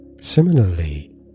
Similarly